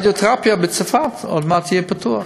רדיותרפיה בצפת, עוד מעט זה יהיה פתוח.